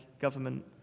government